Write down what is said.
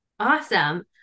Awesome